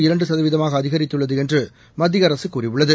இரண்டு சதவீதமாக அதிகரித்துள்ளது என்று மத்திய அரசு கூறியுள்ளது